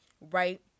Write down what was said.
right